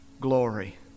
glory